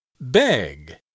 beg